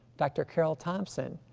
dr. carol thompson,